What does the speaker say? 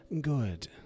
Good